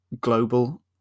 global